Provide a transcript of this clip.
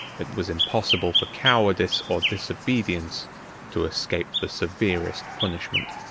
it was impossible for cowardice or disobedience to escape the severest punishment.